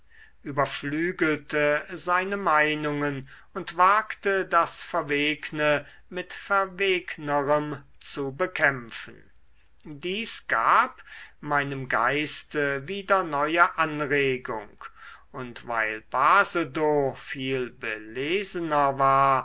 überflügelte seine meinungen und wagte das verwegne mit verwegnerem zu bekämpfen dies gab meinem geiste wieder neue anregung und weil basedow viel belesener war